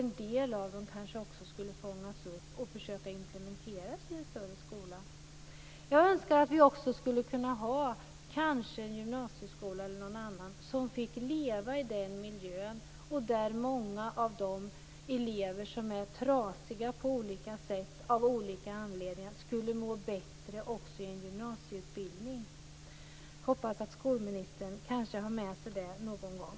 En del av dem kanske också skulle kunna fångas upp och implementeras i en större skola. Jag önskar att vi också skulle kunna ha t.ex. en gymnasieskola som fick leva i denna miljö så att många av de elever som är trasiga på olika sätt och av olika anledningar skulle må bättre också i gymnasieutbildningen. Jag hoppas att skolministern tar med sig det.